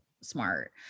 smart